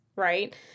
right